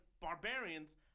barbarians